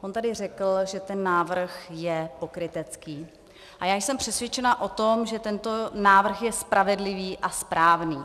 On tady řekl, že ten návrh je pokrytecký, a já jsem přesvědčena o tom, že tento návrh je spravedlivý a správný.